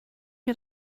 mir